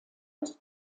das